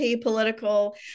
political